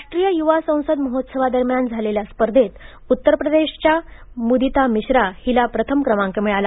राष्ट्रीय युवा संसद महोत्सवादरम्यान झालेल्या स्पर्धेत उत्तर प्रदेशच्या मुदिता मिश्रा हिला प्रथम क्रमांक मिळाला